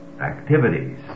activities